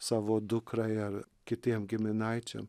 savo dukrai ar kitiem giminaičiam